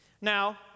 Now